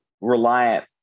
reliant